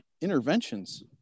interventions